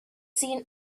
seen